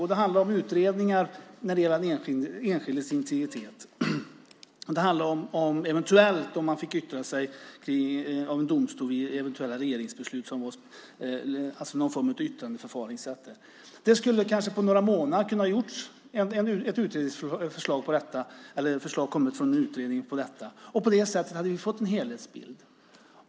Och det handlade om utredningar när det gäller den enskildes integritet, och det handlade om huruvida en domstol eventuellt skulle få yttra sig om regeringsbeslut. Det skulle kanske på några månader ha kunnat göras ett utredningsförslag om detta. På det sättet hade vi fått en helhetsbild.